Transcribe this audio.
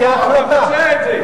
הוא מבצע את זה,